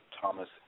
Thomas